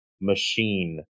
machine